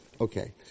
Okay